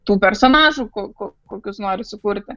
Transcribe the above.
tų personažų ko ko kokius nori sukurti